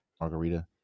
margarita